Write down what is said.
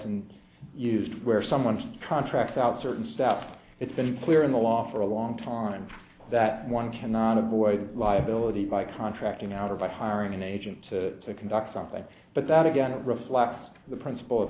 bryson used where someone contracts out certain steps it's been clear in the law for a long time that one cannot avoid liability by contracting out or by hiring an agent to conduct something but that again it reflects the principle